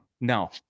no